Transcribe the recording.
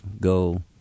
go